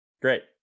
Great